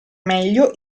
meglio